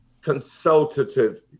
consultative